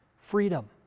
freedom